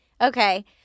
okay